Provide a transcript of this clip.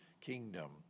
kingdom